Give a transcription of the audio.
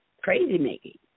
crazy-making